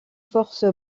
force